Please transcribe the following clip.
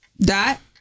Dot